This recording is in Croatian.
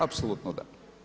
Apsolutno da.